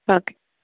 okay